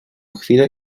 chwilę